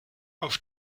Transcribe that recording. auf